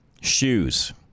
Shoes